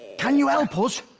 can you help us?